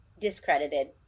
Discredited